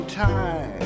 time